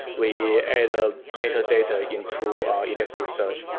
we add a metadata into elasticsearch.